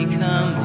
come